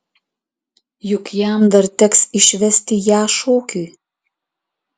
juk jam dar teks išvesti ją šokiui